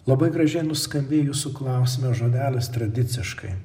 labai gražiai nuskambėjo jūsų klausime žodelis tradiciškai